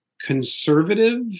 conservative